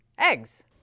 eggs